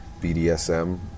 BDSM